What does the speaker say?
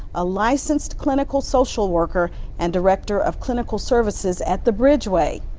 a licensed clinical social worker and director of clinical services at the bridge way.